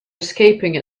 escaping